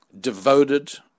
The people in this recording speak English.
devoted